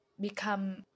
become